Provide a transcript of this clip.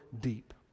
deep